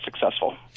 successful